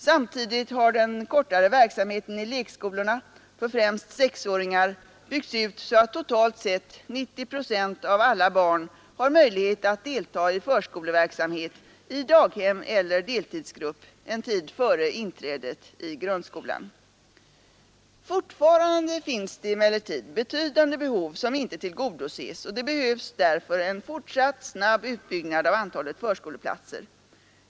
Samtidigt har den kortare verksamheten i lekskolorna för främst sexåringar byggts ut så att totalt sett 90 procent av alla barn har möjlighet att delta i förskoleverksamhet i daghem eller deltidsgrupp en tid före inträdet i grundskolan. Fortfarande finns emellertid betydande behov som inte tillgodoses, och det behövs därför en fortsatt snabb utbyggnad av antalet förskoleplatser.